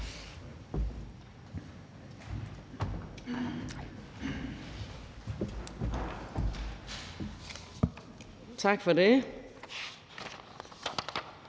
Tak for det.